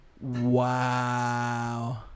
Wow